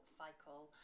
cycle